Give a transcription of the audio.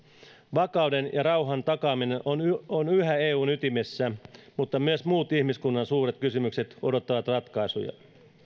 vakauden ja rauhan takaaminen on on yhä eun ytimessä mutta myös muut ihmiskunnan suuret kysymykset odottavat ratkaisuja